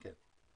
כן.